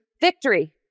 victory